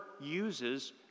uses